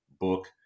book